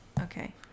Okay